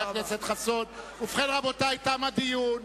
ובכן, רבותי, תם הדיון.